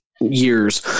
years